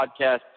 podcast